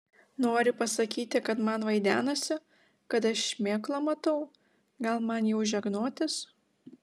nori pasakyti kad man vaidenasi kad aš šmėklą matau gal man jau žegnotis